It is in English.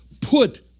put